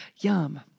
Yum